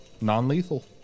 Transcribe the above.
non-lethal